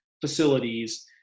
facilities